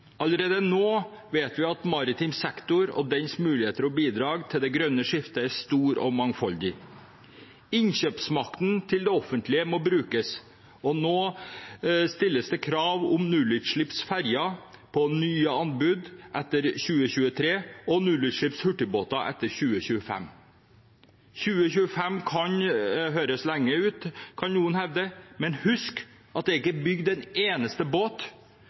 Allerede nå vet vi at maritim sektor og dens muligheter og bidrag til det grønne skiftet er stor og mangfoldig. Innkjøpsmakten til det offentlige må brukes, og nå stilles det krav om nullutslippsferjer på nye anbud etter 2023 og nullutslippshurtigbåter etter 2025. 2025 kan høres lenge ut, kan noen hevde, men husk at det er ikke bygd en eneste båt